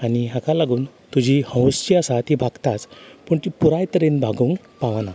आनी हाका लागून तुजी हौस जी आसा ती भागताच पूण ती पुराय तरेन भागोवंक पावना